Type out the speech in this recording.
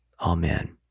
Amen